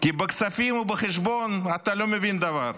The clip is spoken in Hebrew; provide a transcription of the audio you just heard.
כי בכספים ובחשבון אתה לא מבין דבר.